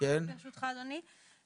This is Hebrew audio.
רק ברשותך אדוני.